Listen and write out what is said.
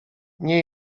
nie